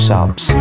Subs